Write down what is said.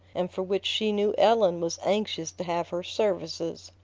and for which she knew ellen was anxious to have her services.